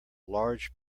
large